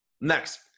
Next